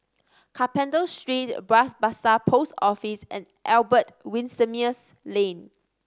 Carpenter Street Bras Basah Post Office and Albert Winsemius Lane